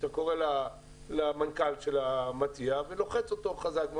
כשאתה קורא למנכ"ל של המציע ולוחץ אותו חזק.